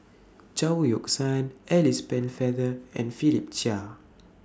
Chao Yoke San Alice Pennefather and Philip Chia